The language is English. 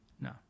No